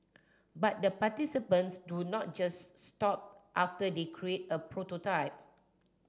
but the participants do not just stop after they create a prototype